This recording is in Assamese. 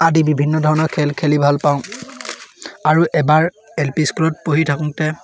আদি বিভিন্ন ধৰণৰ খেল খেলি ভাল পাওঁ আৰু এবাৰ এল পি স্কুলত পঢ়ি থাকোঁতে